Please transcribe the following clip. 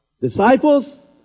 Disciples